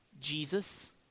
Jesus